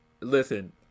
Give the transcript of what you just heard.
listen